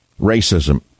racism